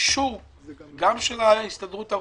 באישור של ההסתדרות הרפואית,